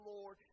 Lord